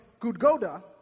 Gudgoda